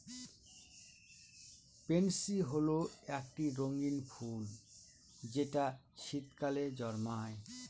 pansy হল একটি রঙ্গীন ফুল যেটা শীতকালে জন্মায়